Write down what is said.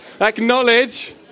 Acknowledge